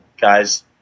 guys